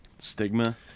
Stigma